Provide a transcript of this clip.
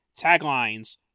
Taglines